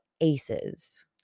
ACEs